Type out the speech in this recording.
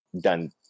done